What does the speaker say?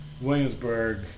Williamsburg